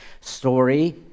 story